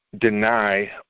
deny